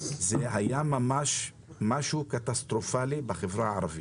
בחורף האחרון ובחודש האחרון זה היה ממש קטסטרופלי בחברה הערבית.